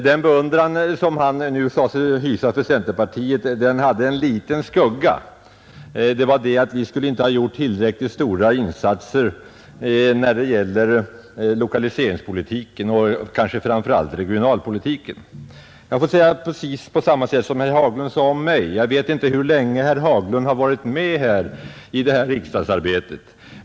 Den beundran som han nu sade sig hysa för centerpartiet har emellertid en liten skugga — vi skulle inte ha gjort tillräckligt stora insatser när det gäller lokaliseringspolitiken och framför allt regionalpolitiken. Jag får säga precis detsamma som herr Haglund sade om mig. Jag vet inte hur länge herr Haglund varit med i riksdagsarbetet.